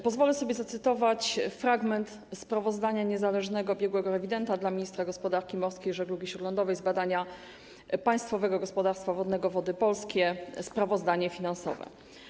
Pozwolę sobie zacytować fragment sprawozdania niezależnego biegłego rewidenta dla ministra gospodarki morskiej i żeglugi śródlądowej z badania Państwowego Gospodarstwa Wodnego Wody Polskie, sprawozdania finansowego.